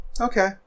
okay